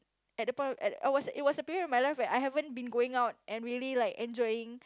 at the point at I was it was a period in my life where I haven't been going out and really like enjoying